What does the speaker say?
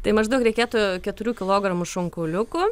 tai maždaug reikėtų keturių kilogramų šonkauliukų